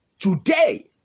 Today